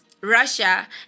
russia